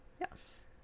Yes